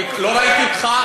לא ראיתי אותך,